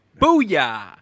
booyah